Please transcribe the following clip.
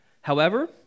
However